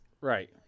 Right